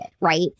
Right